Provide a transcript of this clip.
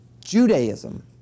Judaism